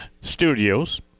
studios